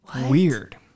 Weird